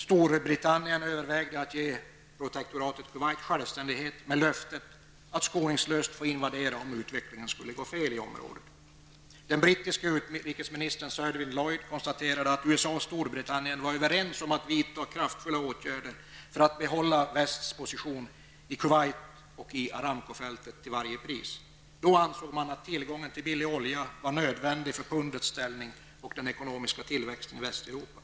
Storbritannien övervägde att ge protektoratet Kuwait självständighet med löfte att skoningslöst få invadera, om utvecklingen i området skulle gå fel. Den brittiske utrikesministern Selwin Lloyd konstaterade att USA och Storbritannien var överens om att vidta kraftfulla åtgärder för att till varje pris behålla västs position i Kuwait och i Aramcofältet. Då ansåg man att tillgången till billig olja var nödvändig för pundets ställning och den ekonomiska tillväxten i Västeuropa.